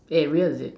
eh real is it